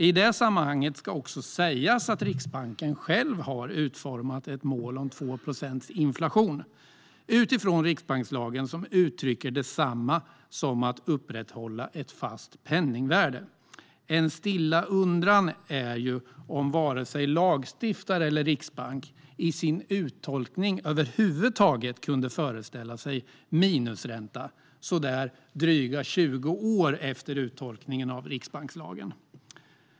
I det sammanhanget ska också sägas att Riksbanken själv har utformat ett mål om 2 procents inflation - utifrån riksbankslagen, som uttrycker detsamma som att upprätthålla ett fast penningvärde. En stilla undran är ju om varken lagstiftare eller riksbank i sin uttolkning över huvud taget kunde föreställa sig minusränta så där dryga 20 år efter uttolkningen av riksbankslagen.